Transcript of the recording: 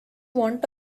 want